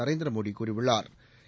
நரேந்திரமோடி கூறியுள்ளாா்